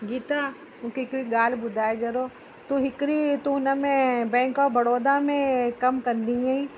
गीता मूंखे हिकिड़ी ॻाल्हि ॿुधाए जहिड़ो तूं हिकिड़ी तूं हिन में बैंक ऑफ़ बड़ौदा में कमु कंदी आहीं